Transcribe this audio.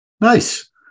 Nice